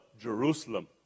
Jerusalem